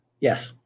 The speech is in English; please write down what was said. Yes